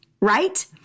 right